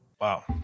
Wow